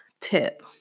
tip